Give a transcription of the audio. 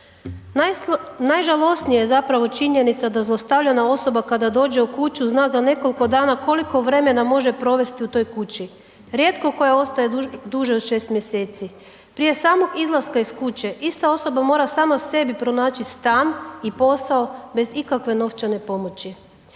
Najžalosnija je zapravo činjenica da zlostavljana osoba kada dođe u kuću zna za nekoliko dana koliko vremena može provesti u toj kući, rijetko koja ostaje duže od 6. mjeseci. Prije samog izlaska iz kuće ista osoba mora sama sebi pronaći stan i posao bez ikakve novčane pomoći.